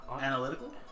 Analytical